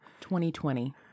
2020